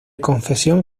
confesión